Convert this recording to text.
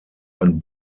ein